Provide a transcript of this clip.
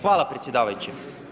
Hvala predsjedavajući.